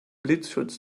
blitzschutz